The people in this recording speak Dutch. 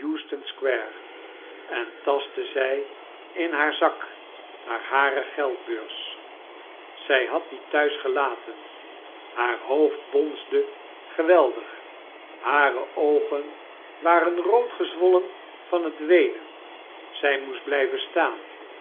square en tastte zy in haar zak naar hare geldbeurs zy had die thuis gelaten haar hoofd bonsde geweldig hare oogn waren rood engezwollen van het weenen zy moest blyven staan